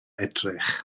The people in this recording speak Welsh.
edrych